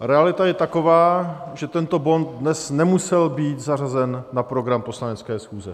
Realita je taková, že tento bod dnes nemusel být zařazen na program poslanecké schůze.